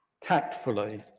tactfully